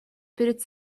пред